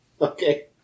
Okay